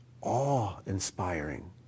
awe-inspiring